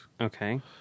okay